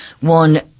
one